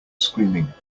screaming